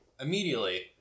immediately